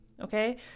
Okay